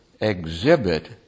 exhibit